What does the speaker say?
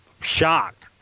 shocked